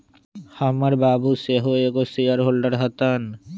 हमर बाबू सेहो एगो शेयर होल्डर हतन